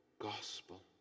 gospel